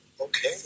okay